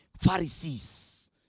pharisees